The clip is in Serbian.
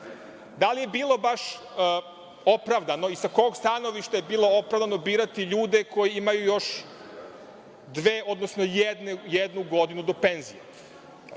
Da li je bilo baš opravdano i sa kog stanovišta je bilo opravdano birati ljude koji imaju još dve, odnosno jednu godinu do penzije?